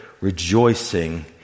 rejoicing